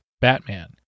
Batman